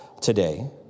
today